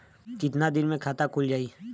कितना दिन मे खाता खुल जाई?